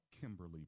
kimberly